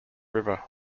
river